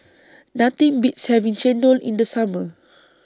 Nothing Beats having Chendol in The Summer